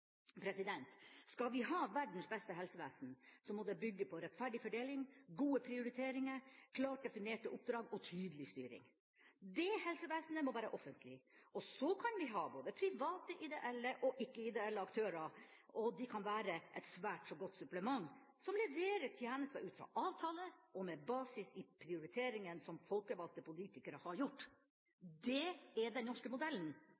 Skal vi ha verdens beste helsevesen, må det bygge på rettferdig fordeling, gode prioriteringer, klart definerte oppdrag og tydelig styring. Det helsevesenet må være offentlig. Og så kan både private ideelle og ikke-ideelle aktører være et svært så godt supplement som leverer tjenester ut fra avtale og med basis i de prioriteringene som folkevalgte politikere har gjort. Det er den norske modellen,